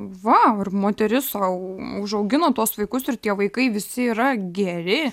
va ir moteris sau užaugino tuos vaikus ir tie vaikai visi yra geri